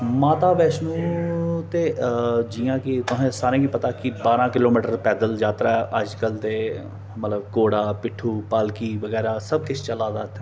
माता बैष्णो ते जि'यां कि सारे कि पता कि बारां किलोमिटर पैदल यात्रा ऐ अजकल ते मतलब घोड़ा पिट्ठू पालकी बगैरा सब किश चला दा उत्थै